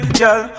girl